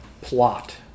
plot